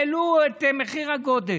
והעלו את מחיר הגודש,